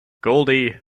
goldie